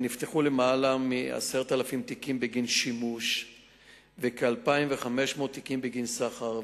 נפתחו למעלה מ-10,000 תיקים בגין שימוש וכ-2,500 תיקים בגין סחר.